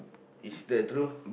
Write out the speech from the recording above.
it's that true